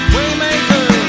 Waymaker